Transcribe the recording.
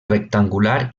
rectangular